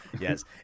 yes